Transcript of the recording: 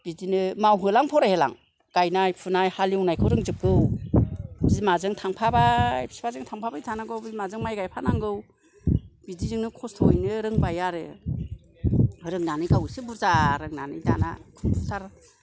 बिदिनो मावहोलां फरायहोलां गायनाय फुनाय हालेवनायखौ रोंजोबगौ बिमाजों थांफाबाय फिफाजों थांफाबाय थानांगौ बिमाजों माइ गायफानांगौ बिदिजोंनो खस्थ'यैनो रोंबाय आरो रोंनानै गाव एसे बुरजा रोंनानै दाना कम्पुटार